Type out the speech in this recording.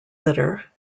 litter